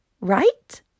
Right